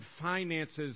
finances